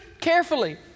carefully